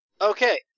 Okay